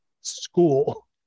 School